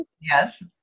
Yes